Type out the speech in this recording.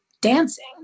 dancing